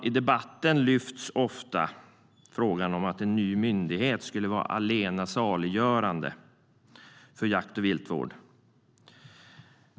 I debatten lyfts ofta upp att en ny myndighet skulle vara det allena saliggörande för jakt och viltvård.